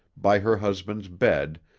by her husband's bed,